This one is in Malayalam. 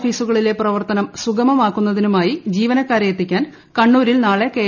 ഓഫീസുകളിലെ പ്രവർത്തനം സുഗമമാക്കുന്നതിനുമായി ജീവനക്കാരെ എത്തിക്കാൻ കണ്ണൂരിൽ നാളെ കെ